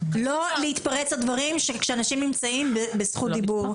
אני מבקשת לא להתפרץ לדברים כאשר אנשים נמצאים בזכות דיבור.